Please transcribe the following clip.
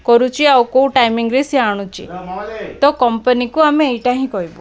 କରୁଛି ଆଉ କେଉଁ ଟାଇମିଂରେ ସିଏ ଆଣୁଛି ତ କମ୍ପାନୀକୁ ଆମେ ଏଇଟା ହିଁ କହିବୁ